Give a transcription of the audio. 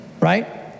right